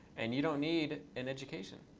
and you don't need an education.